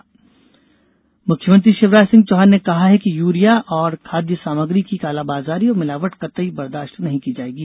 कालाबाजारी मुख्यमंत्री शिवराज सिंह चौहान ने कहा है कि यूरिया और खाद्य सामग्री की कालाबाजारी और मिलावट कतई बर्दाश्त नहीं की जाएगी